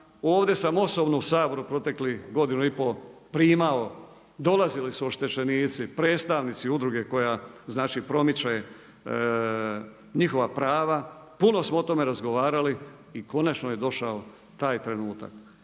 ovdje sam osobno u Saboru u proteklih godinu i primao, dolazili su oštećenici, predstavnici udruge koja znači promiče njihova prava, puno smo o tome razgovarali, i konačno je došao taj trenutak.